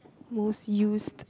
most used